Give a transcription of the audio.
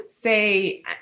say